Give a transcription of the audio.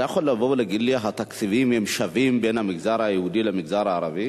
אתה יכול לבוא ולהגיד לי: התקציבים שווים בין המגזר היהודי למגזר הערבי?